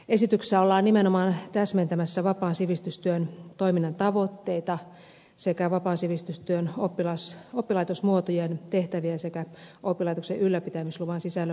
esityksessä ollaan nimenomaan täsmentämässä vapaan sivistystyön toiminnan tavoitteita sekä vapaan sivistystyön oppilaitosmuotojen tehtäviä sekä oppilaitoksen ylläpitämisluvan sisällön määrittelyä